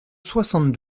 soixante